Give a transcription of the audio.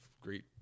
great